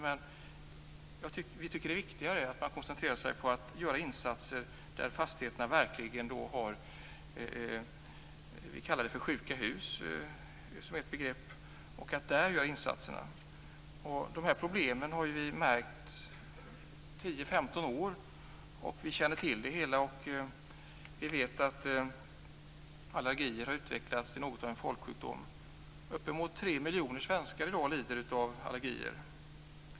Men vi tycker det är viktigare att man koncentrerar sig på att göra insatser där man verkligen har problem med fastigheterna - ett begrepp är sjuka hus - och att göra insatserna där. Vi har märkt dessa problem under 10-15 år. Vi känner till det hela. Allergier har utvecklats till något av en folksjukdom. Uppemot 3 miljoner svenskar lider i dag av allergier.